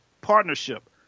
partnership